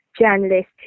journalist